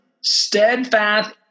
steadfast